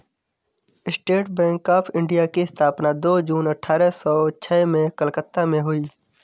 state bank of India की स्थापना दो जून अठारह सो छह में कलकत्ता में हुई